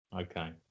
Okay